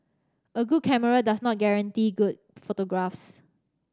a good camera does not guarantee good photographs